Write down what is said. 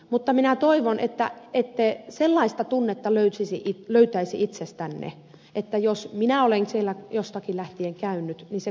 mutta minä toivon että ette sellaista tunnetta löytäisi itsestänne että jos minä olen siellä jostakin lähtien käynyt niin se kuuluu vain minulle